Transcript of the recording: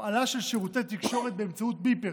הפעלה של שירותי תקשורת באמצעות ביפרים,